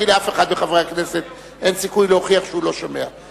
כי לאף אחד מחברי הכנסת אין סיכוי להוכיח שהוא לא שומע.